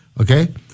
okay